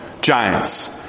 giants